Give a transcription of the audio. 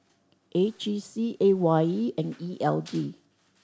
A G C A Y E and E L D